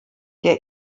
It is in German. der